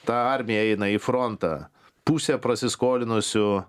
tą armiją eina į frontą pusė prasiskolinusių